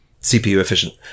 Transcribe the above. CPU-efficient